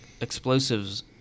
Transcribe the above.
explosives